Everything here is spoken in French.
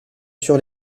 sur